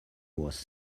was